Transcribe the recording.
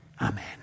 Amen